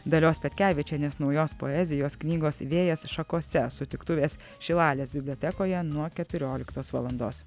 dalios petkevičienės naujos poezijos knygos vėjas šakose sutiktuvės šilalės bibliotekoje nuo keturioliktos valandos